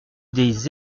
des